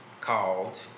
called